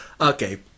Okay